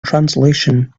translation